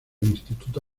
instituto